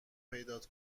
پیدات